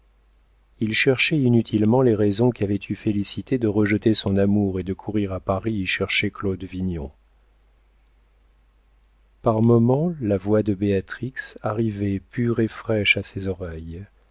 il cherchait inutilement les raisons qu'avait eues félicité de rejeter son amour et de courir à paris y chercher claude vignon par moments la voix de béatrix arrivait pure et fraîche à ses oreilles